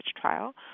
trial